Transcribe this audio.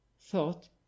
thought